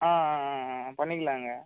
ஆ ஆ ஆ பண்ணிக்கலாம்ங்க